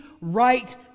right